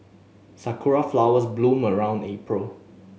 sakura flowers bloom around April